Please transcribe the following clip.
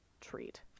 treat